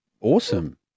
awesome